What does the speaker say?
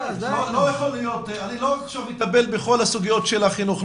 אני לא אטפל עכשיו בכלה סוגיות של החינוך,